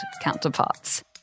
counterparts